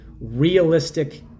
realistic